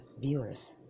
viewers